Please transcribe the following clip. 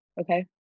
Okay